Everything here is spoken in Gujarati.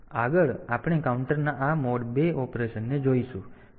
આગળ આપણે કાઉન્ટરના આ મોડ 2 ઓપરેશનને જોઈશું